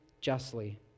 justly